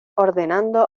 ordenando